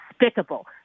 despicable